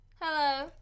Hello